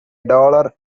dollar